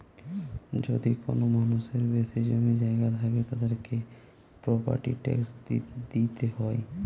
যদি কোনো মানুষের বেশি জমি জায়গা থাকে, তাদেরকে প্রপার্টি ট্যাক্স দিইতে হয়